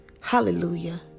Hallelujah